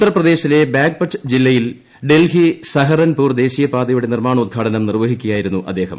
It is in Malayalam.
ഉത്തർ പ്രദേശിലെ ബാഗ്പട്ട് ജില്ലയിൽ ഡൽഹി സഹറൻപൂർ ദേശീയ പാതയുടെ നിർമ്മാണോദ്ഘാടനം നിർവ്വഹിക്കുകയായിരുന്നു അദ്ദേഹം